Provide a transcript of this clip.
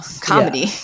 comedy